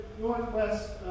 Northwest